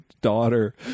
daughter